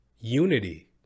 unity